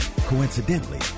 Coincidentally